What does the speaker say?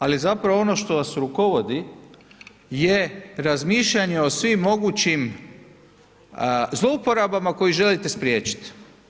Ali zapravo ono što vas rukovodi je razmišljanje o svim mogućim zlouporabama koje želite spriječite.